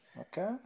Okay